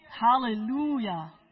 Hallelujah